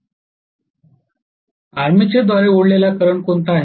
आर्मेचरद्वारे ओढलेला करंट कोणता आहे